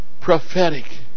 prophetic